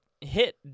hit